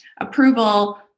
Approval